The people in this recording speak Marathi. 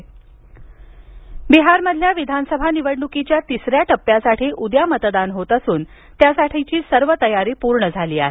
बिहार निवडणूक बिहारमधील विधानसभा निवडणुकीच्या तिसऱ्या टप्प्यासाठी उद्या मतदान होत असून त्यासाठीची तयारी पूर्ण झाली आहे